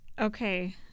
Okay